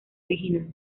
original